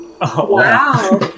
Wow